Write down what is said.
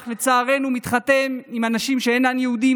לצערנו מתחתנים עם אנשים שאינם יהודים,